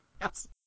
Yes